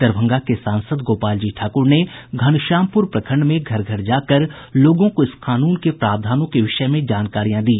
दरभंगा के सांसद गोपाल जी ठाक्र ने धनश्यामपूर प्रखंड में घर घर जाकर लोगों को इस कानून के प्रावधानों के विषय में जानकारियां दी